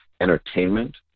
entertainment